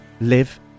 live